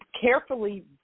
carefully